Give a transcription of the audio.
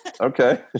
Okay